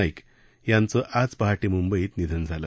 नाईक यांच आज पहाटे मुंबईत निधन झालं